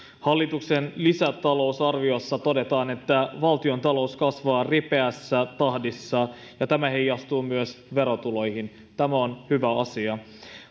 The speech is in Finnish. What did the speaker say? hallituksen lisäta lousarviossa todetaan että valtiontalous kasvaa ripeässä tahdissa ja tämä heijastuu myös verotuloihin tämä on hyvä asia